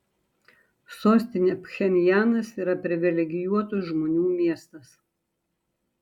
sostinė pchenjanas yra privilegijuotų žmonių miestas